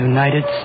United